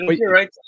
right